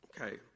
Okay